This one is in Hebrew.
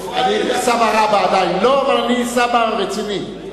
סבא רבא עדיין לא, אבל אני סבא רציני.